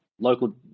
local